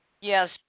Yes